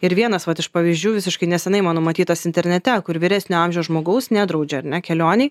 ir vienas vat iš pavyzdžių visiškai neseniai mano matytas internete kur vyresnio amžiaus žmogaus nedraudžiau ar ne kelionei